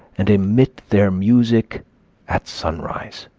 and emit their music at sunrise.